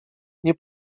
nie